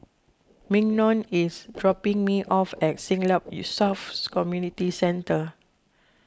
Mignon is dropping me off at Siglap you selves Community Centre